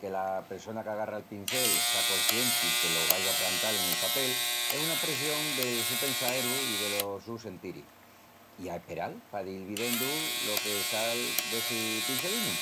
que la pressona qu'agarra el pincel sea coscienti que lo vaiga a prantal en el papel es una espressión del su pensaeru i delos sus sentiris. I a asperal pa dil videndu lo que sal d'essi pincelinu.